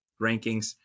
rankings